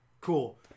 Cool